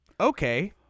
okay